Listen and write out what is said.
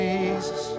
Jesus